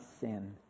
sin